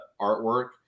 artwork